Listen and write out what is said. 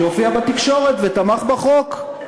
שהופיע בתקשורת ותמך בחוק,